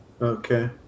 Okay